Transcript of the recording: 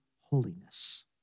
holiness